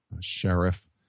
Sheriff